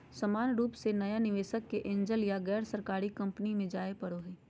सामान्य रूप से नया निवेशक के एंजल या गैरसरकारी कम्पनी मे जाय पड़ो हय